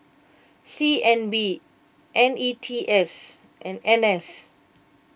C N B N E T S and N S